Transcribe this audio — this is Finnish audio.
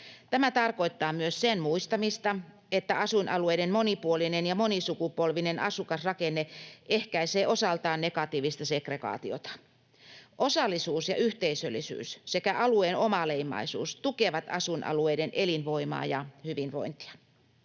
Tämä tarkoittaa myös sen muistamista, että asuinalueiden monipuolinen ja monisukupolvinen asukasrakenne ehkäisee osaltaan negatiivista segregaatiota. Osallisuus ja yhteisöllisyys sekä alueen omaleimaisuus tukevat asuinalueiden elinvoimaa ja hyvinvointia.